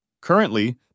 Currently